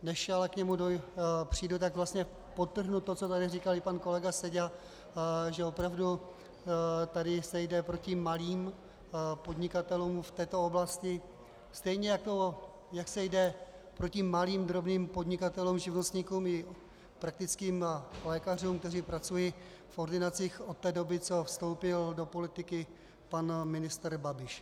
Než ale k němu přijdu, tak vlastně podtrhnu to, co tady říkal i pan kolega Seďa, že opravdu tady se jde proti malým podnikatelům v této oblasti, stejně jako jak se jde proti malým drobným podnikatelům, živnostníkům i praktickým lékařům, kteří pracují v ordinacích, od té doby, co vstoupil do politiky pan ministr Babiš.